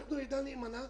אנחנו עדה נאמנה,